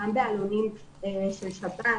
גם בעלונים של שבת,